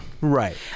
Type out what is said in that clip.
Right